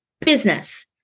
business